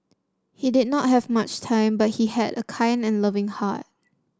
he did not have much time but he had a kind and loving heart